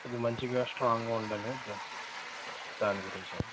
కొద్దిగా మంచిగా స్ట్రాంగ్గా ఉండాలి గట్ దాని గురించండి